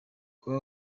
kuba